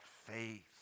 faith